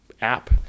app